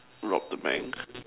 rob the bank